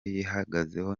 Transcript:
yihagazeho